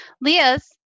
Leah's